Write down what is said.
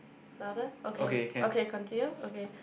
louder okay okay continue okay